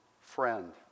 friend